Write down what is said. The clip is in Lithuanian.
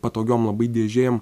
patogiom labai dėžėm